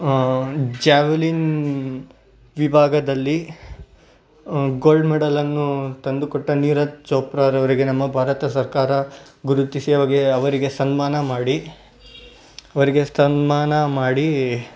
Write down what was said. javelin ವಿಭಾಗದಲ್ಲಿ gold ಮೆಡಲನ್ನು ತಂದು ಕೊಟ್ಟ ನೀರಜ್ ಚೋಪ್ರಾರವರಿಗೆ ನಮ್ಮ ಭಾರತ ಸರ್ಕಾರ ಗುರುತಿಸಿ ಅವ್ಗೆ ಅವರಿಗೆ ಸನ್ಮಾನ ಮಾಡಿ ಅವರಿಗೆ ಸನ್ಮಾನ ಮಾಡಿ